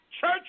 church